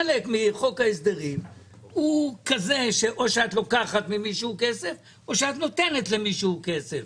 חלק מחוק ההסדרים הוא כזה שאו את לוקחת ממישהו כסף או נותנת למישהו כסף.